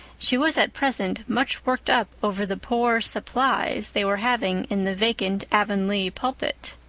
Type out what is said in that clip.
she was at present much worked up over the poor supplies they were having in the vacant avonlea pulpit.